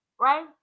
right